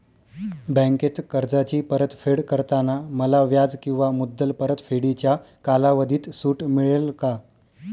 बँकेत कर्जाची परतफेड करताना मला व्याज किंवा मुद्दल परतफेडीच्या कालावधीत सूट मिळेल का?